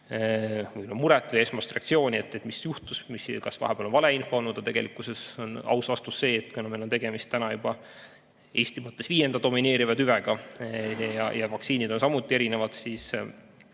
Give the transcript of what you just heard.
muret või esmast reaktsiooni, et mis juhtus, kas vahepeal on valeinfot esitatud. Tegelikult on aus vastus see, et kuna meil on tegemist täna juba Eesti mõttes viienda domineeriva tüvega ja vaktsiinid on samuti erinevad, siis